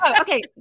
okay